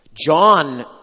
John